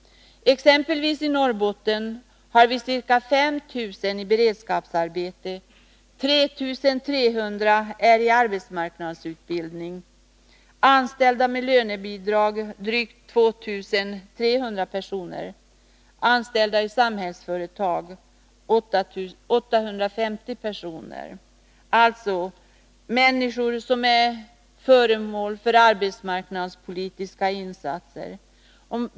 I exempelvis Norrbotten är ca 5 000 människor i beredskapsarbe och, 3 300 i är anställda i samhällsföretag. Dessa människor är alltså föremål för arbetsmarknadspolitiska insatser.